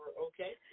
Okay